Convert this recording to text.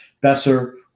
Besser